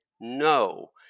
No